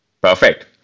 Perfect